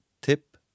tip